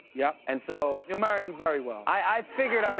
yeah and so you marrying very well. i figure,